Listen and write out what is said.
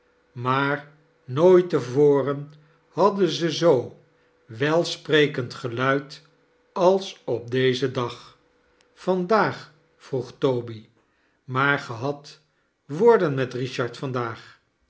maar nooit te voren hadden ze zoo welsprekend geluiid als op dezen dag vandaag vroeg toby maar ge hadt woorden met richard vandaag